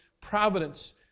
providence